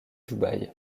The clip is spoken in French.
dubaï